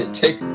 take